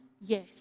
yes